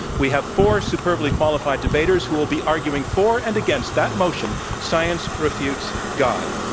we have four superbly qualified debaters who will be arguing for and against that motion, science refutes god.